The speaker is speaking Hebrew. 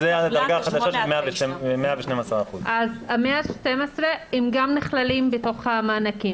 זו הדרגה החדשה של 112%. אז הם גם נכללים בתוך המענקים?